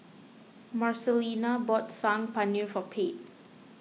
Marcelina bought Saag Paneer for Pate